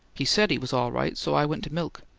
he said he was all right, so i went to milk.